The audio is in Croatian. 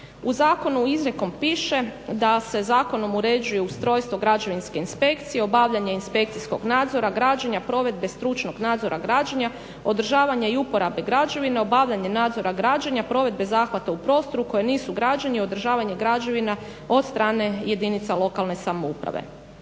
U zakonu izrijekom piše da se zakonom uređuje ustrojstvo građevinske inspekcije, obavljanje inspekcijskog nadzora građenja, provedbe stručnog nadzora građenja, održavanja i uporabe građevine, obavljanje nadzora građenja, provedbe zahvata u prostoru koji nisu građeni, održavanje građevina od strane jedinica lokalne samouprave.